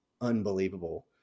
unbelievable